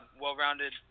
well-rounded